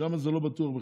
שם זה לא בטוח בכלל,